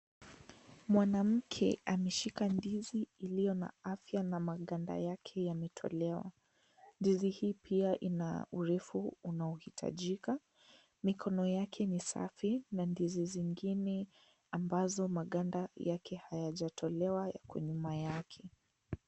Mwanamke ameshika ndizi iliyo na afya na maganda yake yametolewa. Ndizi hii pia ina urefu unaohitajika. Mikono ya misafi na ndizi zingine ambazo maganda yake hayajatolewa yako nyuma yake.